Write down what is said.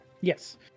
Yes